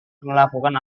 melakukan